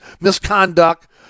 misconduct